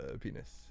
penis